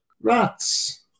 Rats